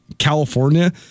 California